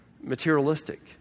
materialistic